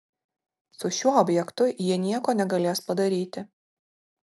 su šiuo objektu jie nieko negalės padaryti